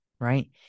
Right